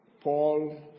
Paul